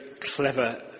clever